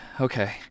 Okay